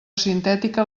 sintètica